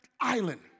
island